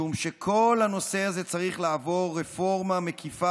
משום שכל הנושא הזה צריך לעבור רפורמה מקיפה